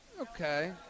Okay